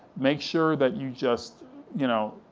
make sure that you just you know